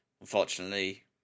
unfortunately